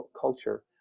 culture